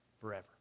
forever